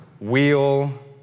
wheel